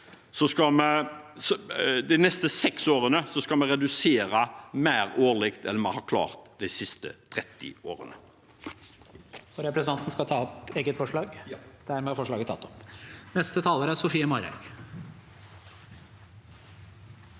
De neste seks årene skal vi redusere mer årlig enn vi har klart de siste 30 årene. Masud Gha rahk ha